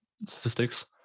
statistics